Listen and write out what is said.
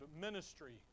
ministry